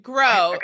Grow